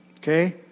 okay